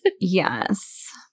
yes